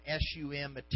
SUM